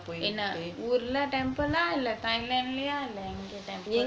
என்ன ஊர்ல:enna oorla temple ah இல்ல:illa thailand lah இல்ல எங்க:illa enga temple